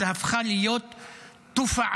זאת הפכה להיות תופעה.